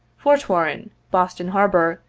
fort warren, boston harbor,